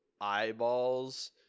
eyeballs